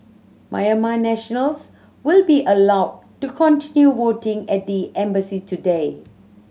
Myanmar nationals will be allowed to continue voting at the embassy today